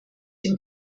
dem